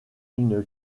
une